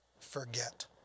forget